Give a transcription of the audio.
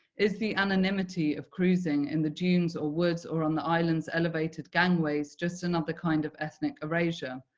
is the anonymity of cruising in the dunes or woods or on the islands elevated gangways just another kind of ethnic erasure?